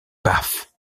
paf